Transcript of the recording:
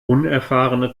unerfahrene